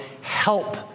help